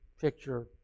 picture